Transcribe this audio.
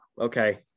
Okay